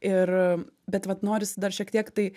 ir bet vat norisi dar šiek tiek tai